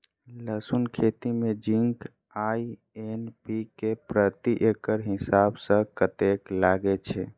लहसून खेती मे जिंक आ एन.पी.के प्रति एकड़ हिसाब सँ कतेक लागै छै?